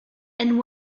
and